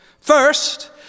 First